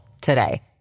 today